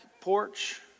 porch